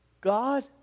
God